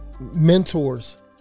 mentors